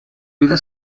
vida